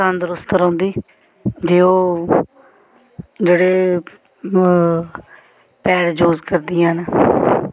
तंदरुस्त रौंह्दी जे ओह् जेह्ड़े पैड यूस करदियां न